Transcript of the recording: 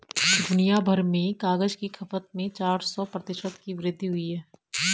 दुनियाभर में कागज की खपत में चार सौ प्रतिशत की वृद्धि हुई है